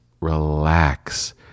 relax